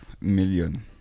million